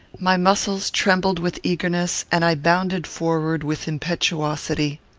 my muscles trembled with eagerness, and i bounded forward with impetuosity.